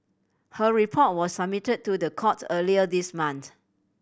her report was submitted to the court earlier this month